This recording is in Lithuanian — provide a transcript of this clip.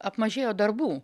apmažėjo darbų